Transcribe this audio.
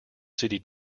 city